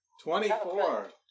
Twenty-four